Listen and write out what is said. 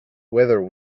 whether